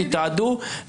יתעדו,